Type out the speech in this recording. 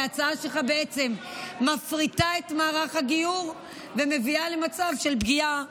כי ההצעה שלך בעצם מפריטה את מערך הגיור ומביאה למצב של פגיעה